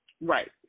Right